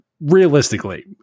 realistically